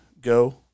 Go